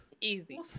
Easy